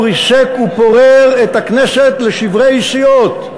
הוא ריסק ופורר את הכנסת לשברי סיעות.